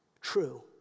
true